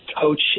Coach